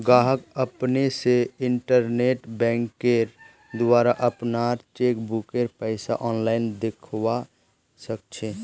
गाहक अपने स इंटरनेट बैंकिंगेंर द्वारा अपनार चेकबुकेर पैसा आनलाईन दखवा सखछे